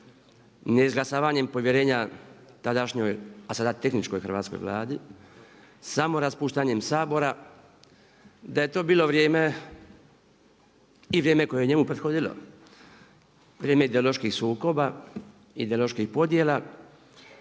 neizglasavanjem povjerenja tadašnjoj a sada tehničkoj Hrvatskoj vladi, samoraspuštanjem Sabora, da je to bilo vrijeme i vrijeme koje je njemu prethodilo vrijeme ideoloških sukoba i ideoloških podjela